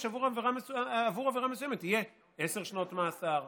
עבור עבירה מסוימת יהיה עשר שנות מאסר,